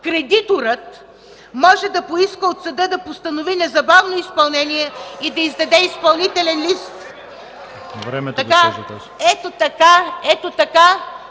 кредиторът може да поиска от съда да постанови незабавно изпълнение и да издаде изпълнителен лист! (Оживление и